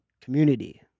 community